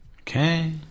Okay